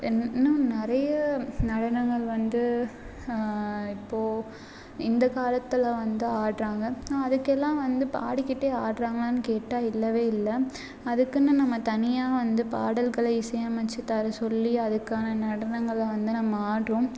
என்ன இன்னும் நிறைய நடனங்கள் வந்து இப்போ இந்த காலத்தில் வந்து ஆடுறாங்க அதுக்கெல்லாம் வந்து பாடிக்கிட்டே ஆடுறாங்கலானு கேட்டா இல்லவே இல்லை அதுக்குன்னு நம்ம தனியாக வந்து பாடல்களை இசை அமைச்சு தர சொல்லி அதுக்கான நடனங்களை வந்து நம்ம ஆடுறோம்